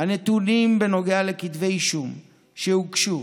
הנתונים בנוגע לכתבי אישום שהוגשו